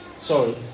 Sorry